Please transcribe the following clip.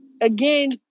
again